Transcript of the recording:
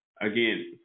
Again